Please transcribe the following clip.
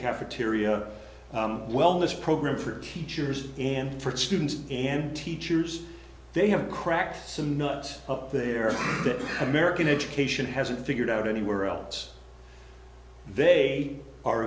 cafeteria wellness program for teachers and for students and teachers they have cracked some nuts up there that american education hasn't figured out anywhere else they are